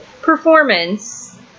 performance